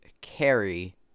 carry